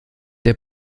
der